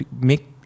make